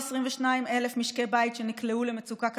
422,000 משקי בית שנקלעו למצוקה כלכלית,